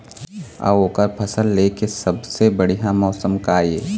अऊ ओकर फसल लेय के सबसे बढ़िया मौसम का ये?